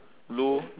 blue